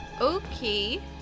Okay